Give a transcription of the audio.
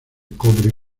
cobre